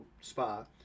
spa